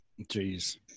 Jeez